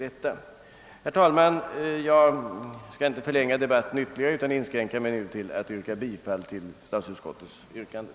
Jag skall inte förlänga debatten ytterligare utan inskränker mig till att yrka bifall till statsutskottets hemställan.